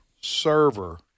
server